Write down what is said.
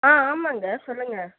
ஆ ஆமாம்ங்க சொல்லுங்கள்